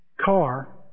car